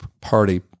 party